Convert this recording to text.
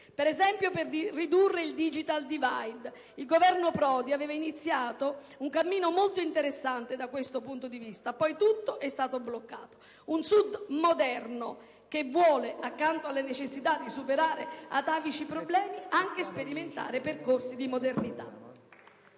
per esempio per ridurre il *digital divide*. In proposito, il Governo Prodi aveva iniziato un cammino molto interessante, poi tutto si è bloccato. Un Sud moderno che vuole, accanto alla necessità di superare atavici problemi, anche sperimentare percorsi di modernità.